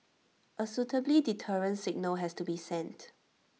A suitably deterrent signal has to be sent